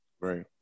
Right